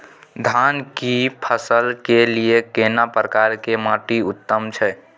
धान की फसल के लिये केना प्रकार के माटी उत्तम छै?